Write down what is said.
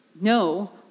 No